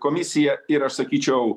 komisija ir aš sakyčiau